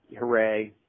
hooray